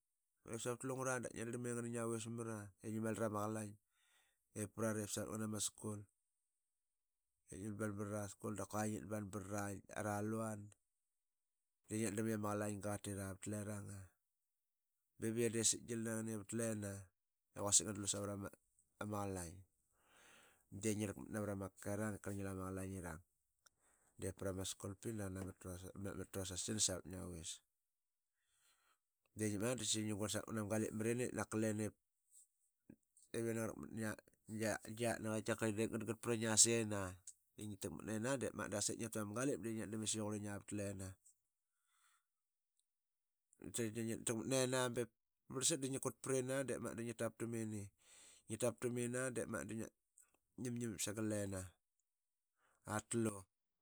Savat lungura dap ngia darlam i ngiana ngia vis mara i ngi mali rama qalaing ip prari savat ngana ma skul ip ngitban barara skul da kua ngitban barara gi ara luan de qaitika ma qalaninga qatira vat lungura. iviye de sitkgial na ngan i vat ngana leranga i quasik ngan dlu savara ma qalaing. de ngi rakmat navara ma kakerang ip karl ngi lu ama qalaing diip pra ma skull pee nganama trosas klina savat ngia vis diip magat da sa qii ngi guirl savet ngana ma galip marini naka lena ip giatnak i tka diip gatgat pra ngia sena i ngi takmat nena diip magat da qasip ngia tu ma lena ba ip parlsat da ngia kutprina aa da sa qi ngi tap tamini aa da ngimingim ip sagal lena atlu.